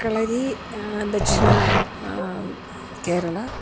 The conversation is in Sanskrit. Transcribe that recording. कळरी दक्षिण केरला